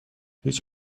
هیچ